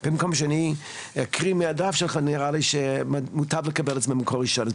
במקום שאני אקריא מהדף שלך מוטב לקבל את זה ממקור ראשון.